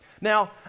Now